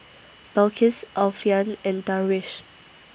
Balqis Alfian and Darwish